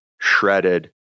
shredded